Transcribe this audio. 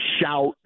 shout